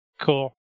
Cool